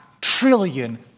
trillion